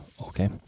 okay